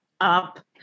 up